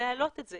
להעלות את זה,